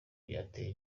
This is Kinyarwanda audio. byateje